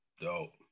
dope